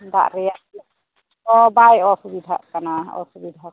ᱫᱟᱜ ᱨᱮᱭᱟᱜ ᱦᱚᱸ ᱵᱟᱭ ᱚᱥᱩᱵᱤᱫᱷᱟᱜ ᱠᱟᱱᱟ ᱚᱥᱩᱵᱤᱫᱷᱟ ᱫᱚ